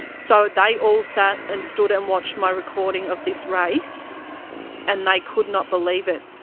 so they all sat and stood and watched my recording of this race and they could not believe it.